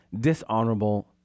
dishonorable